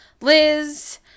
Liz